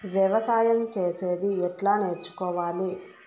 వ్యవసాయం చేసేది ఎట్లా నేర్చుకోవాలి?